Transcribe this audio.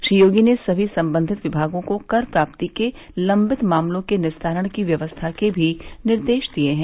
श्री योगी ने सभी सम्बन्धित विभागों को कर प्राप्ति के लम्बित मामलों के निस्तारण की व्यवस्था के भी निर्देश दिए हैं